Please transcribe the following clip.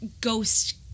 ghost